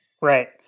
Right